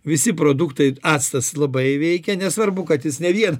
visi produktai actas labai veikia nesvarbu kad jis ne vien